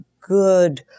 good